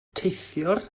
teithiwr